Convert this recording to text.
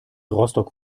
rostock